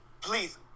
please